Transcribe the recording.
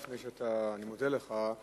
לפני שאני מודה לך,